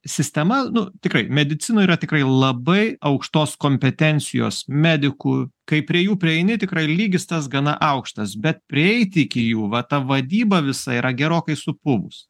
sistema nu tikrai medicinoj yra tikrai labai aukštos kompetencijos medikų kai prie jų prieini tikrai lygis tas gana aukštas bet prieiti iki jų va ta vadyba visa yra gerokai supuvus